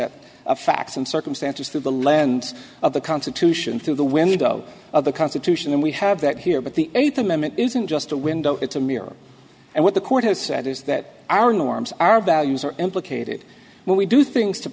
facts and circumstances through the lens of the constitution through the window of the constitution and we have that here but the eighth amendment isn't just a window it's a mirror and what the court has said is that our norms our values are implicated when we do things to